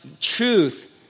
truth